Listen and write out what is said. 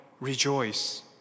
Rejoice